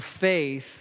faith